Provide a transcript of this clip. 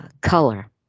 color